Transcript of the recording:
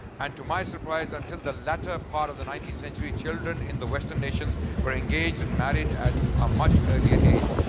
and to my surprise until the latter part of the nineteenth century children in the western nations were engaged and married at a much earlier age.